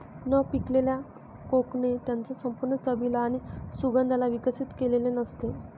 न पिकलेल्या कोकणे त्याच्या संपूर्ण चवीला आणि सुगंधाला विकसित केलेले नसते